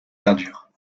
verdure